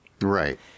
Right